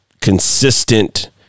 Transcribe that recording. consistent